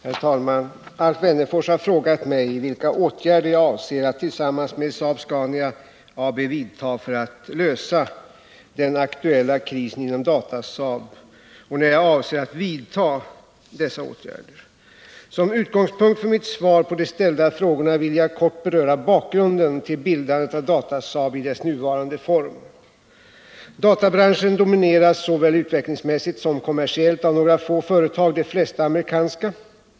Herr talman! Alf Wennerfors har frågat mig vilka åtgärder jag avser att tillsammans med Saab-Scania AB vidta för att lösa den aktuella krisen inom Datasaab och när jag avser att vidta dessa åtgärder. Som utgångspunkt för mitt svar på de ställda frågorna vill jag kort beröra bakgrunden till bildandet av Datasaab i dess nuvarande form. Databranschen domineras såväl utvecklingsmässigt som kommersiellt av några få företag, de flesta amerikanska.